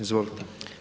Izvolite.